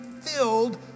filled